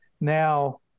Now